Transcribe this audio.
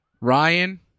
ryan